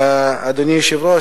אדוני היושב-ראש,